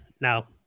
now